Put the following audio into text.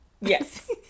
Yes